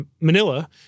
Manila